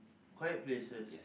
quiet places